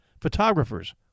photographers